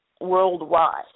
worldwide